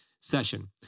session